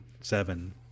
seven